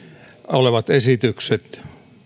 olevat esitykset